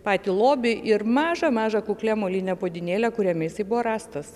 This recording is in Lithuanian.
patį lobį ir mažą mažą kuklią molinę puodynėlę kuriame jisai buvo rastas